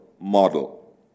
model